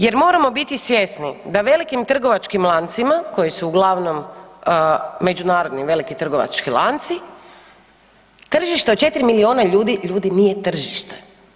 Jer moramo biti svjesni da velikim trgovačkim lancima koji su uglavnom međunarodni veliki trgovački lanci, tržište od 4 milijona ljudi, ljudi nije tržište.